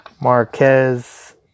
Marquez